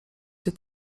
się